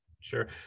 Sure